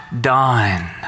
done